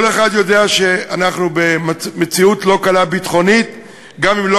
כל אחד יודע שאנחנו במציאות ביטחונית לא קלה,